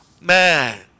man